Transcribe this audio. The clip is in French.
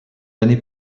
années